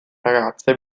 ragazze